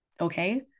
Okay